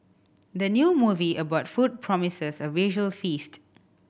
the new movie about food promises a visual feast